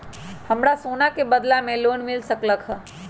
हमरा सोना के बदला में लोन मिल सकलक ह?